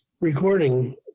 recording